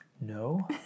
No